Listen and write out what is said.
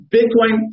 Bitcoin